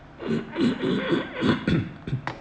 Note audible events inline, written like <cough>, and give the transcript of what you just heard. <coughs>